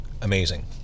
amazing